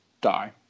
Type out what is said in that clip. die